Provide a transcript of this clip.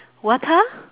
water